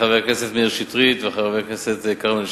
חבר הכנסת מאיר שטרית וחבר הכנסת כרמל שאמה,